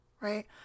right